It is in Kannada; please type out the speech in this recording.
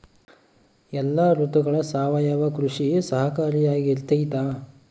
ಎಲ್ಲ ಋತುಗಳಗ ಸಾವಯವ ಕೃಷಿ ಸಹಕಾರಿಯಾಗಿರ್ತೈತಾ?